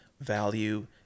value